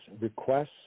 requests